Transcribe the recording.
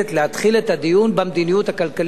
להתחיל את הדיון במדיניות הכלכלית של